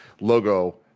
logo